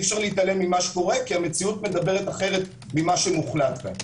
אי-אפשר להתעלם ממה שקורה כי המציאות מדברת אחרת מה שמוחלט כאן.